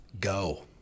go